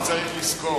הוא צריך לזכור.